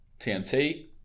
TNT